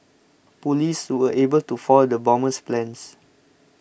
police were able to foil the bomber's plans